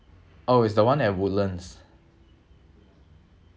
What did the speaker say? oh it's the one at woodlands